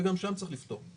וגם שם צריך לפתור,